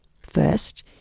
First